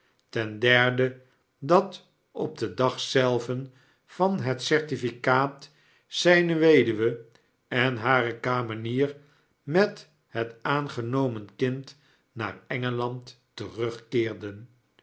ten derde dat op den dag zelven van het certificaat zyne weduwe en hare kamenier met het aangenomen kind naar e